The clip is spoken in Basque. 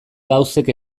gauzek